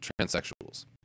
transsexuals